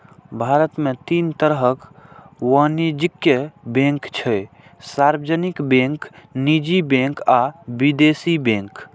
भारत मे तीन तरहक वाणिज्यिक बैंक छै, सार्वजनिक बैंक, निजी बैंक आ विदेशी बैंक